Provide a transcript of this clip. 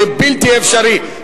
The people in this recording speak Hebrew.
זה בלתי אפשרי.